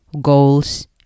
goals